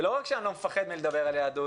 ולא רק שאני לא מפחד מלדבר על יהדות,